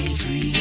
free